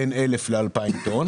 בין 1,000 2,000 טון.